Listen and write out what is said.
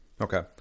Okay